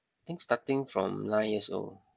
think starting from nine years old